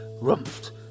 rumped